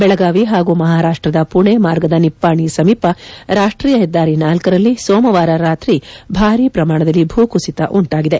ಬೆಳಗಾವಿ ಹಾಗೂ ಮಹಾರಾಷ್ಟದ ಪುಣೆ ಮಾರ್ಗದ ನಿಪ್ಪಾಣಿ ಸಮೀಪ ರಾಷ್ಟೀಯ ಹೆದ್ದಾರಿ ಳರಲ್ಲಿ ಸೋಮವಾರ ರಾತ್ರಿ ಭಾರೀ ಪ್ರಮಾಣದಲ್ಲಿ ಭೂಕುಸಿತ ಉಂಟಾಗಿದೆ